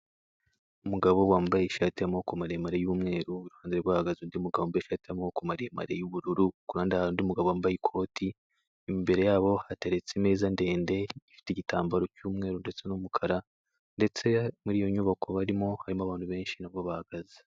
Umugabo wambaye ishati y'amaboko maremare y'umweru iruhande rwe hahagaze undi mugabo wambaye ishati y'amabokoko maremare y'ubururura n'undi mugabo wambaye ikoti, Imbere y'abo hateretse imeza ndende ifite igitambaro cy'umweru ndetse n'umukara ndetse muri iyo nyubako barimo harimo abantu benshi na bo bahagaze.